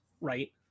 right